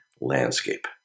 landscape